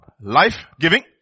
life-giving